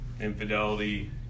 infidelity